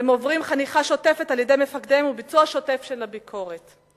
חניכה שוטפת על-ידי מפקדיהם וביצוע שוטף של ביקורות.